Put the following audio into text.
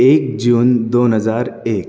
एक जून दोन हजार एक